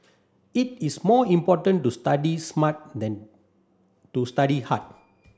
it is more important to study smart than to study hard